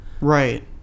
Right